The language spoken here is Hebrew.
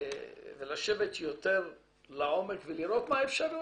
לשבת יותר לעומק ולראות מה אפשר.